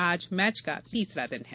आज मैच का तीसरा दिन है